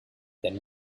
then